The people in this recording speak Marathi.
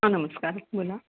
हां नमस्कार बोला